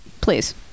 please